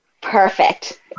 Perfect